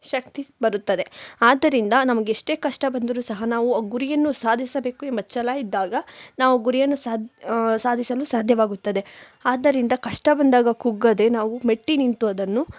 ಶಕ್ತಿ ಬರುತ್ತದೆ ಆದ್ದರಿಂದ ನಮ್ಗೆ ಎಷ್ಟೇ ಕಷ್ಟ ಬಂದರು ಸಹ ನಾವು ಆ ಗುರಿಯನ್ನು ಸಾಧಿಸಬೇಕು ಎಂಬ ಛಲ ಇದ್ದಾಗ ನಾವು ಗುರಿಯನ್ನು ಸಾ ಸಾಧಿಸಲು ಸಾಧ್ಯವಾಗುತ್ತದೆ ಆದ್ದರಿಂದ ಕಷ್ಟ ಬಂದಾಗ ಕುಗ್ಗದೆ ನಾವು ಮೆಟ್ಟಿ ನಿಂತು ಅದನ್ನು